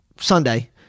Sunday